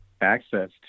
access